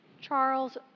Charles